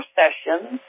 sessions